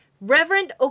Reverend